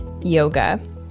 yoga